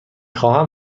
خواهم